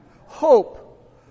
Hope